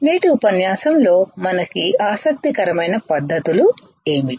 నేటి ఉపన్యాసం లో మనకి ఆసక్తి కరమైన పద్ధతులు ఏమిటి